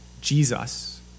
Jesus